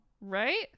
Right